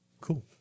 cool